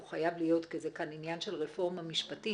הוא חייב להיות כי זה כאן עניין של רפורמה משפטית,